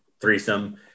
threesome